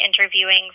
interviewing